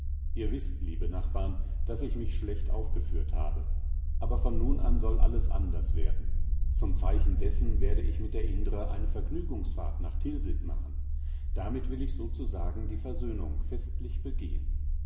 ihr wißt liebe nachbarn daß ich mich schlecht aufgeführt habe aber von nun an soll alles anders werden zum zeichen dessen werde ich mit der indre eine vergnügungsfahrt nach tilsit machen damit will ich sozusagen die versöhnung festlich begehen